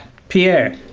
pierre?